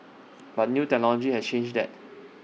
but new technology has changed that